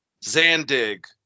Zandig